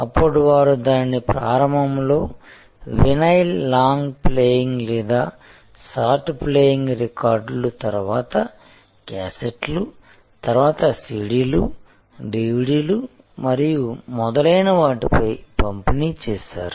అప్పుడు వారు దానిని ప్రారంభంలో వినైల్ లాంగ్ ప్లేయింగ్ లేదా షార్ట్ ప్లేయింగ్ రికార్డులు తరువాత క్యాసెట్లు తరువాత సిడిలు డివిడిలు మరియు మొదలైన వాటిపై పంపిణీ చేశారు